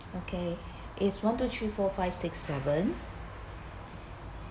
okay is one two three four five six seven